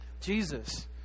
Jesus